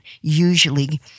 usually